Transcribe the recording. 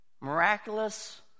Miraculous